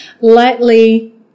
lightly